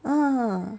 ah